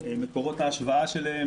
מקורות ההשוואה שלהם